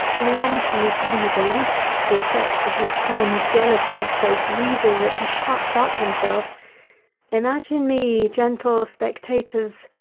leontes leaving the effects of his fond jealousies, so grieving that he shuts up himself imagine me, gentle spectators,